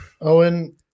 Owen